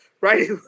Right